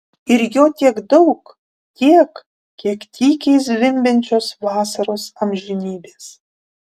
ir jo tiek daug tiek kiek tykiai zvimbiančios vasaros amžinybės